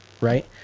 right